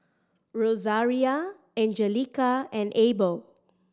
Rosaria Anjelica and Abel